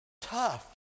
tough